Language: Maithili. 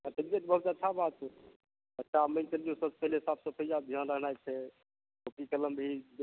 आपके लिये तऽ बहुत अच्छा बात अच्छा आब माईन क चलियौ सबस पहिले साफ सफैया ध्यान रहनाइ छै कोंपी कलम भी